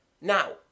Now